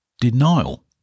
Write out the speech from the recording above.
denial